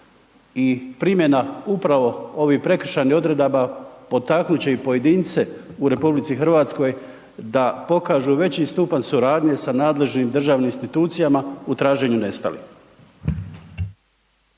i primjena upravo ovih prekršajnih odredaba, potaknut će i pojedince u RH da pokažu veći stupanj suradnje sa nadležnim državnim institucijama u traženju nestalih.